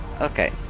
Okay